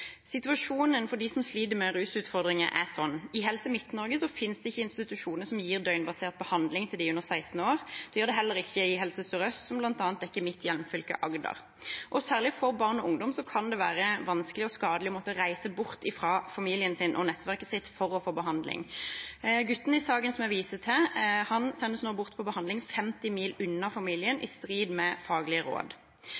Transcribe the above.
Situasjonen for dem som sliter med rusutfordringer er sånn: I Helse Midt-Norge finnes det ikke institusjoner som gir døgnbasert behandling for dem under 16 år. Det gjør det heller ikke i Helse Sør-Øst, som bl.a. dekker mitt hjemfylke, Agder. Særlig for barn og ungdom kan det være vanskelig og skadelig å måtte reise bort fra familien sin og nettverket sitt for å få behandling. Gutten i saken som jeg viste til, sendes nå bort for behandling 50 mil unna familien,